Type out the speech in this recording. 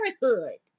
parenthood